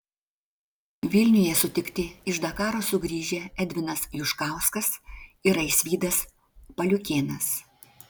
vilniuje sutikti iš dakaro sugrįžę edvinas juškauskas ir aisvydas paliukėnas